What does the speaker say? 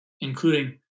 including